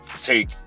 take